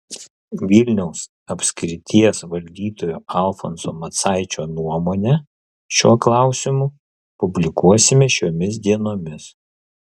vilniaus apskrities valdytojo alfonso macaičio nuomonę šiuo klausimu publikuosime šiomis dienomis